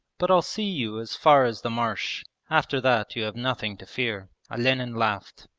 but i'll see you as far as the marsh. after that you have nothing to fear olenin laughed.